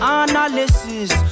analysis